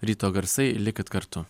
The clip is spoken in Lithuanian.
ryto garsai likit kartu